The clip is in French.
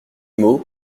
mots